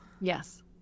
Yes